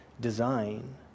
design